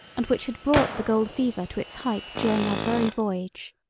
and which had brought the gold-fever to its height during our very voyage.